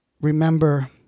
remember